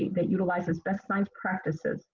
that utilizes best science practices,